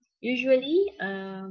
usually